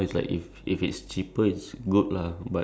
ya as in like if food is um